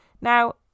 Now